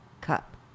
cup